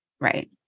Right